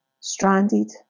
stranded